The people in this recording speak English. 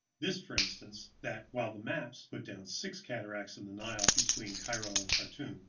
this, for instance that, while the maps put down six cataracts in the nile between cairo and khartum,